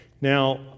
Now